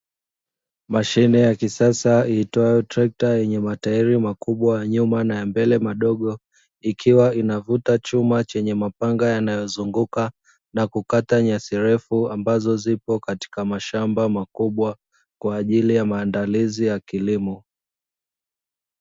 Mashine ya kisasa iitwayo trekta, yenye matairi makubwa ya nyuma na ya mbele madogo, ikiwa inavuta chuma chenye mapanga yanayozunguka na kukata nyasi refu ambazo zipo katika mashamba makubwa kwa ajili ya maandalizi ya kilimo.